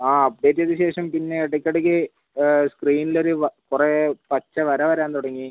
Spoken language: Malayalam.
ആ അപ്ഡേറ്റ് ചെയ്ത ശേഷം പിന്നെ ഇടക്കിടയ്ക്ക് സ്ക്രീനിലൊരു കുറേ പച്ച വര വരാൻ തുടങ്ങി